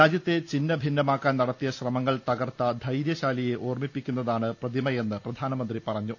രാജ്യത്തെ ചിഹ്നഭിന്ന മാക്കാൻ നടത്തിയ ശ്രമങ്ങൾ തകർത്ത ധൈരൃശാലിയെ ഓർമ്മി പ്പിക്കുന്നതാണ് പ്രതിമയെന്ന് പ്രധാനമന്ത്രി പറഞ്ഞു